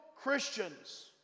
Christians